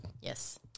Yes